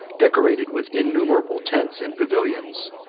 decorated with innumerable tents and pavilions,